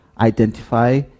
identify